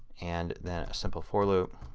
and then a simple for loop.